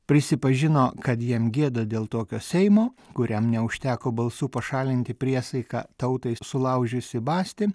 prisipažino kad jam gėda dėl tokio seimo kuriam neužteko balsų pašalinti priesaiką tautai sulaužiusį bastį